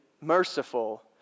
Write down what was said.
merciful